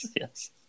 yes